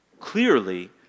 Clearly